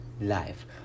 life